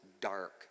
dark